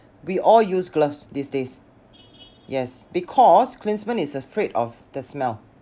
we all use gloves these days yes because klinsmann is afraid of the smell